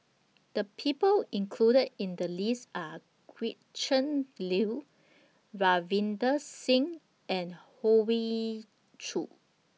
The People included in The list Are Gretchen Liu Ravinder Singh and Hoey Choo